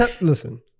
listen